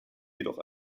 jedoch